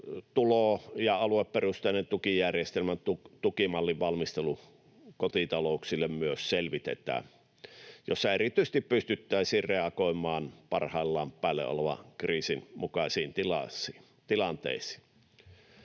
tulo‑ ja alueperusteinen tukijärjestelmän tukimallin valmistelu, jossa erityisesti pystyttäisiin reagoimaan parhaillaan päällä olevan kriisin mukaisiin tilanteisiin.